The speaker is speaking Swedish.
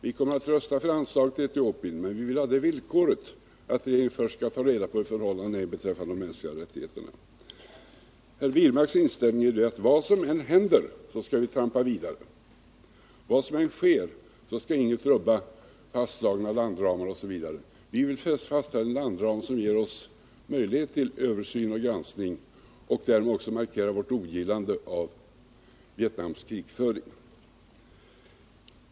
Vi kommer att rösta för anslag till Etiopien, men vi vill ha det villkoret att vi först skall få reda på förhållandena när det gäller de mänskliga rättigheterna. David Wirmarks inställning är att Sverige skall trampa vidare vad som än händer. Vad som än sker, skall ingenting rubba fastslagna landramar osv. Vi vill dock fastställa en landram, som ger oss möjlighet till översyn och granskning, och vi vill därmed också markera vårt ogillande av Vietnams krigföring.